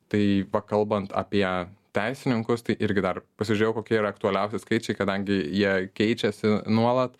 tai pakalbant apie teisininkus tai irgi dar pasižiūrėjau kokia yra aktualiausi skaičiai kadangi jie keičiasi nuolat